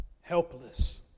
helpless